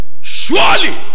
surely